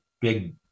big